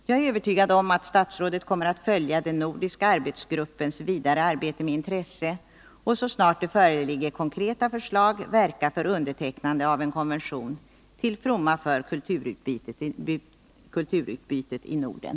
Jag är övertygad om att statsrådet med intresse kommer att följa den nordiska arbetsgruppens vidare arbete och att hon, så snart konkreta förslag föreligger, kommer att verka för undertecknande av en konvention, till fromma för kulturutbytet i Norden.